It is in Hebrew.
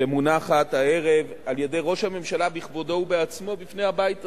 שמונחת הערב על-ידי ראש הממשלה בכבודו ובעצמו בפני הבית הזה.